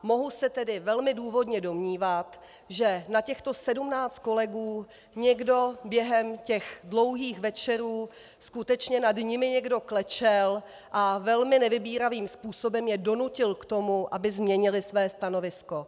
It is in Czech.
Mohu se tedy velmi důvodně domnívat, že na těchto sedmnáct kolegů někdo během těch dlouhých večerů, skutečně nad nimi někdo klečel a velmi nevybíravým způsobem je donutil k tomu, aby změnili své stanovisko.